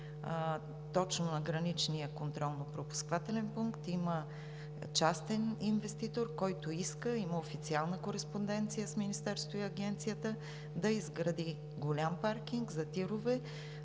точно на граничния контролно-пропускателен пункт има частен инвеститор, който иска – има и официална кореспонденция с Министерството и Агенцията, да изгради голям паркинг за тирове.